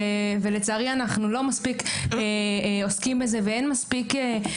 ולצערי אנחנו לא מספיק עוסקים בזה ואין מספיק דיבור על זה.